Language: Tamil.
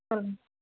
சொல்லுங்கள்